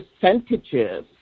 percentages